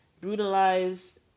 brutalized